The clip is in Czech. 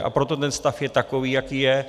A proto ten stav je takový, jaký je.